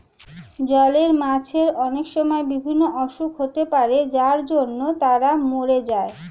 জলের মাছের অনেক সময় বিভিন্ন অসুখ হতে পারে যার জন্য তারা মোরে যায়